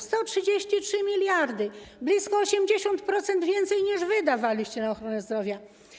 133 mld, czyli blisko 80% więcej, niż wy dawaliście na ochronę zdrowia.